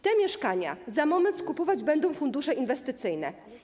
Te mieszkania za moment skupować będą fundusze inwestycyjne.